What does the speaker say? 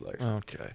Okay